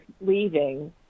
leaving